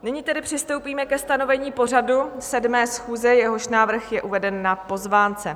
Nyní tedy přistoupíme ke stanovení pořadu 7. schůze, jehož návrh je uveden na pozvánce.